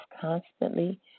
constantly